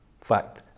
fact